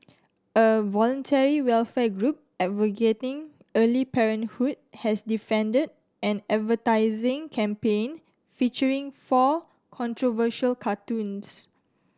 a voluntary welfare group advocating early parenthood has defended an advertising campaign featuring four controversial cartoons